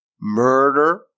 murder